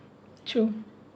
true